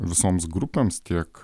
visoms grupėms tiek